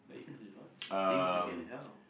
there are lots of things you can help